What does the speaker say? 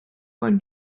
man